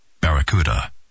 Barracuda